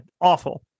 awful